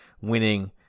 winning